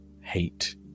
hate